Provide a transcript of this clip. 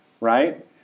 right